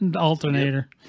alternator